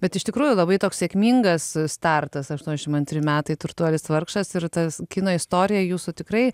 bet iš tikrųjų labai toks sėkmingas startas aštuoniasdešim antri metai turtuolis vargšas ir tas kino istorija jūsų tikrai